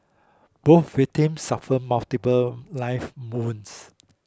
both victims suffered multiple knife wounds